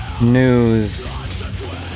news